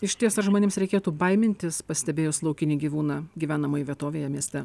išties ar žmonėms reikėtų baimintis pastebėjus laukinį gyvūną gyvenamoj vietovėje mieste